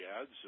ads